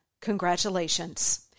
congratulations